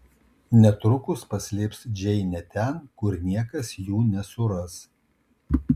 netrukus paslėps džeinę ten kur niekas jų nesuras